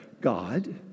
God